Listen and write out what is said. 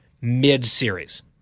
mid-series